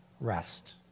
rest